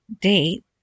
Date